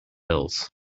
hills